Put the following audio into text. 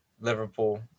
Liverpool